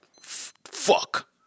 fuck